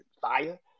fire